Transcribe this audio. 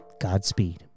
Godspeed